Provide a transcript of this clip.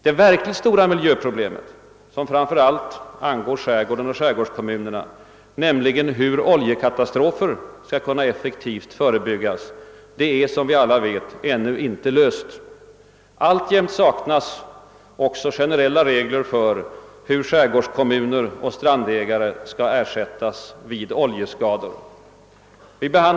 Det verkligt stora miljöproblemet, som framför allt angår skärgården och skärgårdskommunerna, nämligen hur oljekatastrofer skall kunna effektivt förebyggas är, som vi alla vet, ännu inte löst. Alltjämt saknas också generella regler för hur skärgårdskommuner och strandägare skall ersättas vid oljeskador. Herr talman!